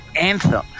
anthem